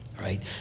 right